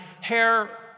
hair